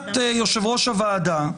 מבחינת יושב-ראש הוועדה,